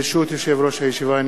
ברשות יושב-ראש הישיבה,